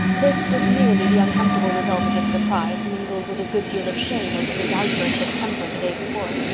this was merely the uncomfortable result of his surprise, mingled with a good deal of shame over his outburst of temper the day before.